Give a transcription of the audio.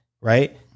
right